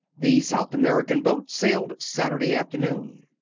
the south american boat sailed saturday afternoon.